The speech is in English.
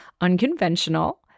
Unconventional